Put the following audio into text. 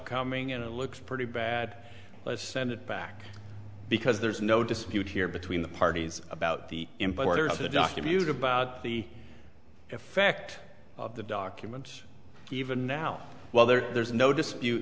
coming in it looks pretty bad let's send it back because there's no dispute here between the parties about the importance of the documented about the effect of the documents even now well there's no dispute